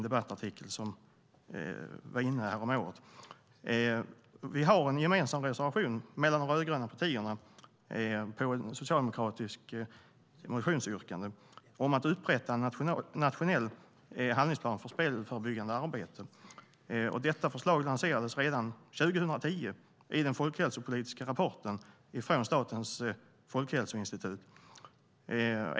De rödgröna partierna har en gemensam reservation med anledning av ett socialdemokratiskt motionsyrkande om att upprätta en nationell handlingsplan för spelförebyggande arbete. Detta förslag lanserades redan 2010 i den folkhälsopolitiska rapporten från Statens folkhälsoinstitut.